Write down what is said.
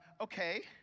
okay